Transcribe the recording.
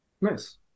Nice